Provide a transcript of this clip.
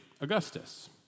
Augustus